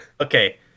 Okay